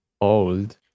old